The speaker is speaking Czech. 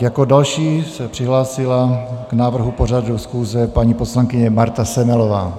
Jako další se přihlásila k návrhu pořadu schůze paní poslankyně Marta Semelová.